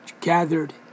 gathered